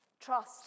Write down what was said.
trust